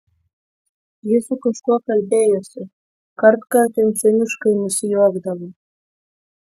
ji su kažkuo kalbėjosi kartkartėm ciniškai nusijuokdavo